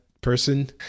person